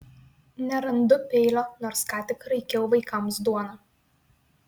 nerandu peilio nors ką tik raikiau vaikams duoną